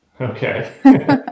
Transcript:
okay